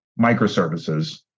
microservices